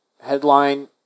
headline